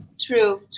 True